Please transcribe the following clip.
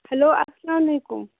hello السلامُ علیکُم